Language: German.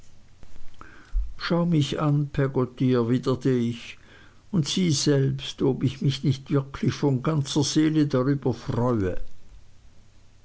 schau mich an peggotty erwiderte ich und sieh selbst ob ich mich nicht wirklich von ganzer seele darüber freue